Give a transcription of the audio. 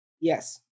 Yes